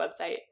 website